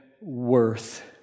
worth